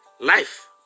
life